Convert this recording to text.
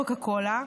קוקה קולה,